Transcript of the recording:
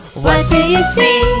what do you see?